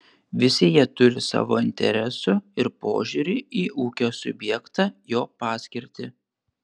visi jie turi savo interesų ir požiūrį į ūkio subjektą jo paskirtį